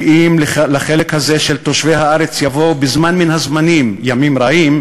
ואם לחלק הזה של תושבי הארץ יבואו בזמן מן הזמנים ימים רעים,